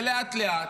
ולאט-לאט,